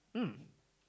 mm